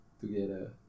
together